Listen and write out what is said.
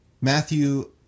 Matthew